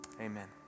Amen